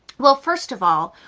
well, first of all,